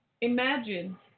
imagine